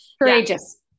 Courageous